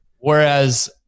Whereas